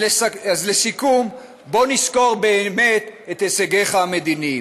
אז לסיכום, בא נסקור באמת את הישגיך המדיניים: